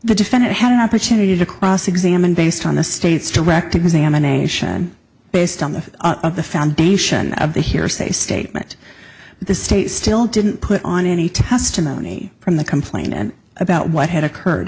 defendant had an opportunity to cross examine based on the state's direct examination based on the of the foundation of the hearsay statement the state still didn't put on any testimony from the complaint and about what had occurred